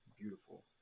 beautiful